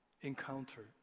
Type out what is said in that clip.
encounter